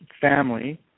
family